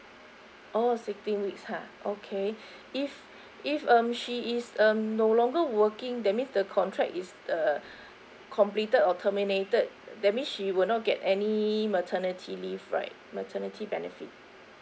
oh sixteen weeks ha okay if if um she is um no longer working that means the contract is uh completed or terminated that means she will not get any maternity leave right maternity benefits